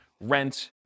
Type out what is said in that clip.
rent